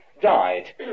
died